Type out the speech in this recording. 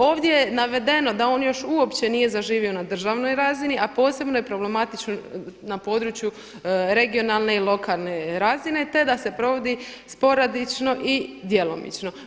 Ovdje je navedeno da on još uopće nije zaživio na državnoj razini, a posebno je problematično na području regionalne i lokalne razine, te da se provodi sporadično i djelomično.